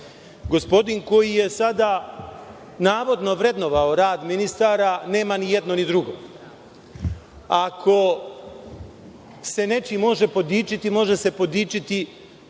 Gospodin koji je sada navodno vrednovao rad ministara nema ni jedno ni drugo. Ako se nečim može podičiti, može se podičiti